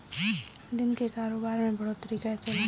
दिन के कारोबार में बढ़ोतरी कैसे लाएं?